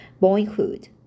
boyhood